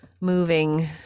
moving